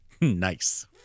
Nice